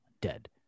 dead